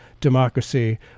Democracy